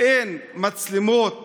אין מצלמות